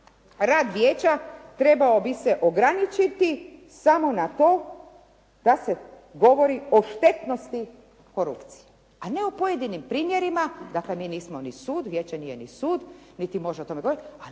"rad vijeća trebao bi se ograničiti samo na to da se govori o štetnosti korupcije", a ne o pojedinim primjerima. Dakle, mi nismo ni sud, vijeće nije ni sud niti može o tome govoriti,